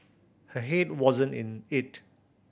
her head wasn't in it